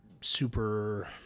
super